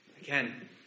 Again